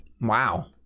Wow